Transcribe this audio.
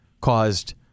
caused